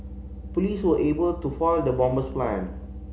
police were able to foil the bomber's plan